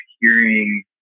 hearing